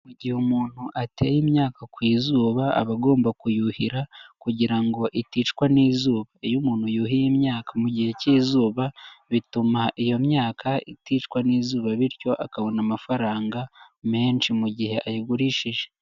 Mu gihe umuntu ateye imyaka ku izuba aba agomba kuyuhira kugira ngo iticwa n'izuba, iyo umuntu yuhiye imyaka mu gihe cy'izuba bituma iyo myaka iticwa n'izuba bityo akabona amafaranga menshi mu gihe ayigurishije.